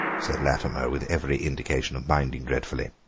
said latimer, with every indication of minding dreadfully.